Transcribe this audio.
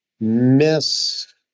miss